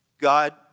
God